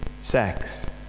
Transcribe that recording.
sex